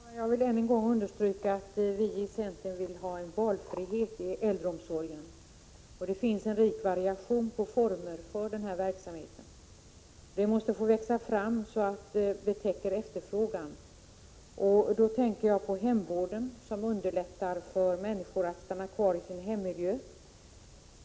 Herr talman! Jag vill än en gång understryka att vi i centern vill ha valfrihet i äldreomsorgen. Det finns en rik variation på former för den verksamheten. Den måste få växa fram så att den täcker efterfrågan. Då tänker jag på hemvård, som underlättar för människor att stanna kvar i sin hemmiljö.